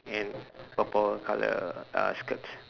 and purple colour uh skirt